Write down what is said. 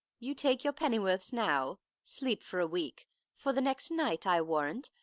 you take your pennyworths now sleep for a week for the next night, i warrant,